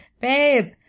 Babe